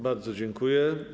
Bardzo dziękuję.